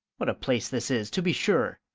what a place this is to be sure!